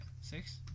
six